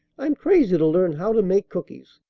i'm crazy to learn how to make cookies.